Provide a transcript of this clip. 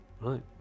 Right